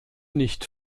nicht